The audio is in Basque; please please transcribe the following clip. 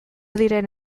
diren